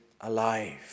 alive